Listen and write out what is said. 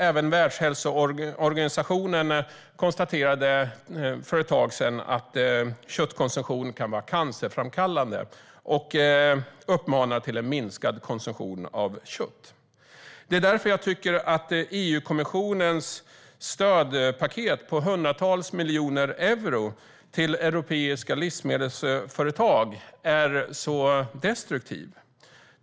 Även Världshälsoorganisationen konstaterade för ett tag sedan att köttkonsumtion kan vara cancerframkallande och uppmanar till en minskad konsumtion av kött. Det är därför jag tycker att EU-kommissionens stödpaket på hundratals miljoner euro till europeiska livsmedelsföretag är så destruktiv.